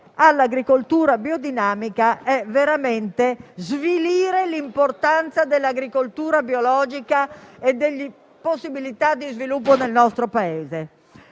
all'agricoltura biodinamica, significhi veramente svilire l'importanza dell'agricoltura biologica e delle possibilità di sviluppo nel nostro Paese.